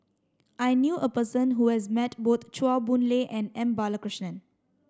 I knew a person who has met both Chua Boon Lay and M Balakrishnan